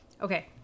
Okay